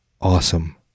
Awesome